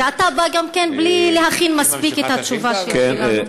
ואתה בא, גם כן, בלי להכין מספיק את התשובה שלנו.